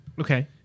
Okay